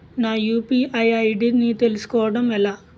నా UPI ID ని తెలుసుకోవడం ఎలా?